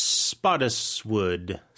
Spottiswood